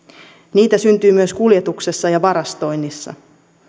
niitä syntyy myös kuljetuksessa ja varastoinnissa